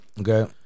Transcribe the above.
Okay